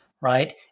right